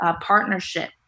partnership